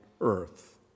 earth